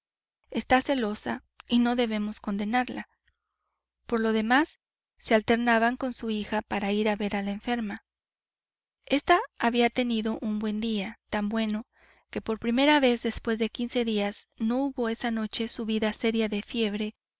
está celosa y no debemos condenarla por lo demás se alternaban con su hija para ir a ver a la enferma esta había tenido un buen día tan bueno que por primera vez después de quince días no hubo esa noche subida seria de fiebre